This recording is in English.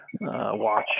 watch